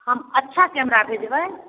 हम अच्छा कैमरा भेजबै